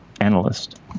analyst